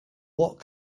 what